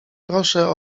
proszą